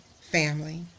family